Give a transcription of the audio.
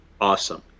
awesome